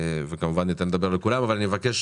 כמובן ניתן לדבר לכולם, אבל אני מבקש